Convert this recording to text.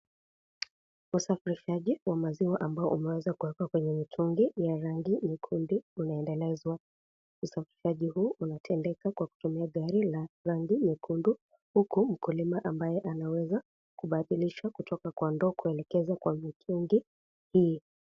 Usafirishaji wa maziwa ambayo umeweza kuweka kwenye mitungi ya rangi nyekundu unaendelezwa usafirishaji huu unatendeka kwa kutumia za rangi nyekundu huku mkulima ambaye anaweza kubadilishwa kutoka kwa ndoo kuelekeza kwa mitungi hii.